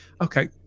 Okay